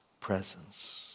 presence